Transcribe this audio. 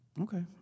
Okay